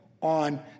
on